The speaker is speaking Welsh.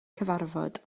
cyfarfod